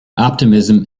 optimism